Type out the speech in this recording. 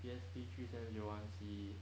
P_S_P three seven zero one c